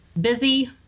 busy